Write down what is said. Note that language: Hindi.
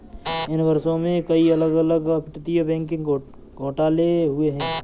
इन वर्षों में, कई अलग अलग अपतटीय बैंकिंग घोटाले हुए हैं